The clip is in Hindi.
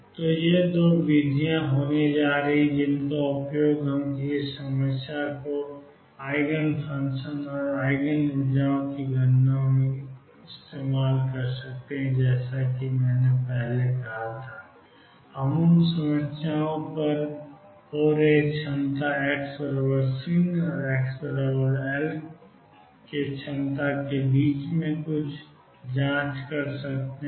तो ये दो विधियाँ होने जा रही हैं जिनका उपयोग हम किसी समस्या के आइजनफ़ंक्शंस और आइजन ऊर्जाओं की गणना में करते हैं जैसा कि मैंने पहले कहा था कि हम उन समस्याओं पर हो रहे हैं जहाँ क्षमता x 0 और x L के बीच कुछ भी हो सकती है